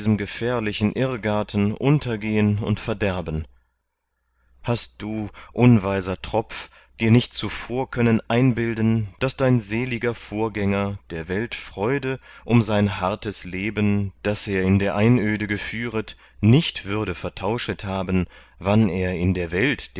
gefährlichen irrgarten untergehen und verderben hast du unweiser tropf dir nicht zuvor können einbilden daß dein seliger vorgänger der welt freude um sein hartes leben das er in der einöde geführet nicht würde vertauschet haben wann er in der welt